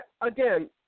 Again